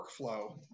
workflow